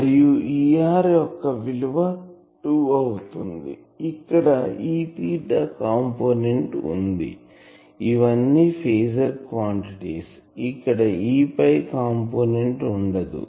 మరియు Er యొక్క విలువ 2 అవుతుంది ఇక్కడ Eθ కాంపోనెంట్ వుంది ఇవన్నీ ఫేజర్ క్వాంటిటీస్ ఇక్కడ Eϕ కాంపోనెంట్ ఉండదు